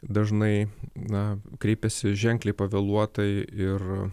dažnai na kreipiasi ženkliai pavėluotai ir